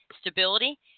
stability